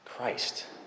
Christ